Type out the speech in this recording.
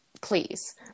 please